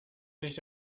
nicht